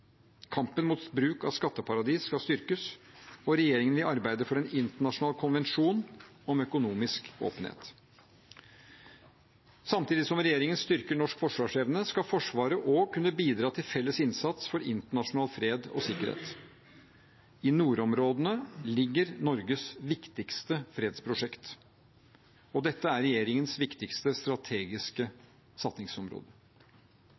Kampen mot bruk av skatteparadis skal styrkes, og regjeringen vil arbeide for en internasjonal konvensjon om økonomisk åpenhet. Samtidig som regjeringen styrker norsk forsvarsevne, skal Forsvaret òg kunne bidra til felles innsats for internasjonal fred og sikkerhet. I nordområdene ligger Norges viktigste fredsprosjekt, og dette er regjeringens viktigste